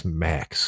max